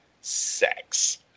sex